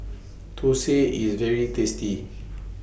Thosai IS very tasty